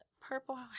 purple